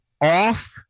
Off